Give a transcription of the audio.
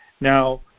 Now